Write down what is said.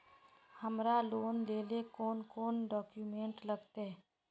हमरा लोन लेले कौन कौन डॉक्यूमेंट लगते?